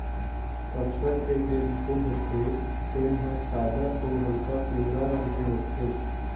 कपसा के जेन फूल होथे तेन ह सादा अउ हल्का पीवरा रंग के होथे